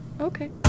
Okay